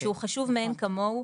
שהוא חשוב מאין כמוהו.